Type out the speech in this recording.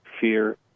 fear